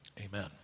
amen